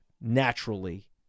naturally